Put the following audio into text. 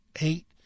eight